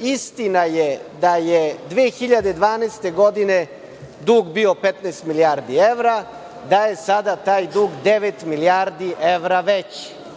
Istina je da je 2012. godine dug bio 15 milijardi evra, da je sada taj dug devet milijardi evra veći.